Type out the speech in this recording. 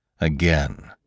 again